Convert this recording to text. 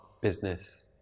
business